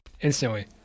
instantly